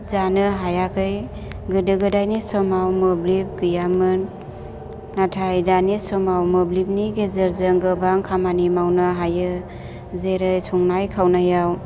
जानो हायाखै गोदो गोदायनि समाव मोब्लिब गैयामोन नाथाय दानि समाव मोब्लिबनि गेजेरजों गोबां खामानि मावनो हायो जेरै संनाय खावनायाव